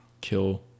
kill